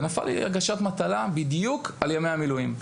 נפל לי הגשת מטלה בדיוק על ימי המילואים.